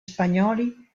spagnoli